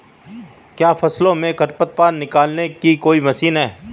क्या फसलों से खरपतवार निकालने की कोई मशीन है?